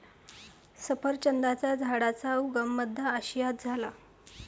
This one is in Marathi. सफरचंदाच्या झाडाचा उगम मध्य आशियात झाला